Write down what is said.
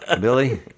billy